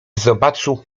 zobaczył